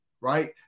right